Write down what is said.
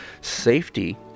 Safety